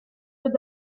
with